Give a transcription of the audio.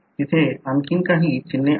तिथे आणखी काही चिन्हे आहेत